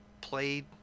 played